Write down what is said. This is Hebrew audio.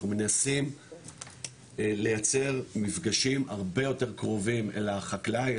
אנחנו מנסים לייצר מפגשים הרבה יותר קרובים לחקלאי,